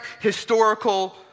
historical